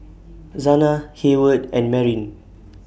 Zana Heyward and Marin